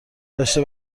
داشته